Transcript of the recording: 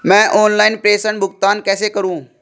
मैं ऑनलाइन प्रेषण भुगतान कैसे करूँ?